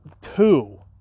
two